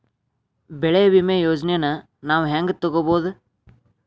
ಬೆಳಿ ವಿಮೆ ಯೋಜನೆನ ನಾವ್ ಹೆಂಗ್ ತೊಗೊಬೋದ್?